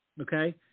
Okay